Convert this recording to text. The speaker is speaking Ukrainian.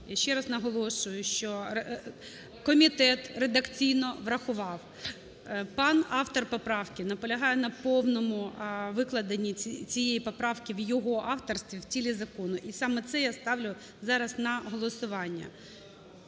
Я ще раз наголошую, що комітет редакційно врахував. Пан автор поправки наполягає на повному викладені цієї поправки в його авторстві в тілі закону. І саме це я ставлю зараз на голосування.